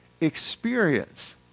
experience